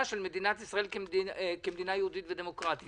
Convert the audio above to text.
של מדינת ישראל כמדינה יהודית ודמוקרטית.